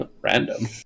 Random